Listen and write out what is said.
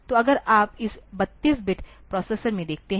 तो अगर आप इस 32 बिट प्रोसेसर में देखते हैं